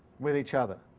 with each other.